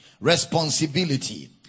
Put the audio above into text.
Responsibility